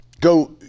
go